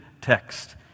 text